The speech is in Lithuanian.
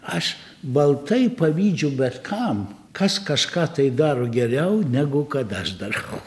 aš baltai pavydžiu bet kam kas kažką tai daro geriau negu kad aš darau